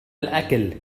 الأكل